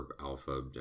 Alpha